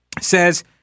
says